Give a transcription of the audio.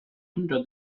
under